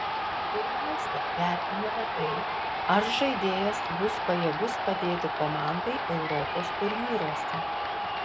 pirmiausia vertiname tai ar žaidėjas bus pajėgus padėti komandai europos turnyruose